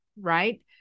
right